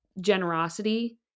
generosity